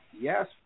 Yes